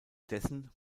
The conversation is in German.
dessen